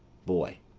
boy.